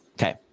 Okay